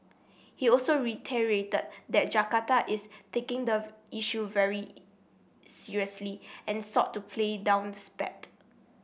he also reiterated that Jakarta is taking the issue very seriously and sought to play down the spat